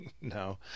no